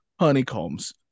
Honeycombs